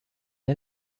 est